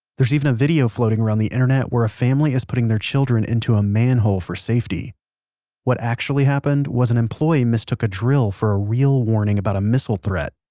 there's even a video floating around the internet where a family is putting their children into a manhole for safety what actually happened was an employee mistook a drill for a real warning about a missile threat.